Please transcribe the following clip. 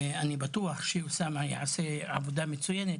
אני בטוח שאוסאמה יעשה עבודה מצוינת.